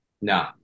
No